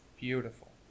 Beautiful